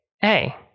Hey